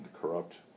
corrupt